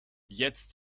jetzt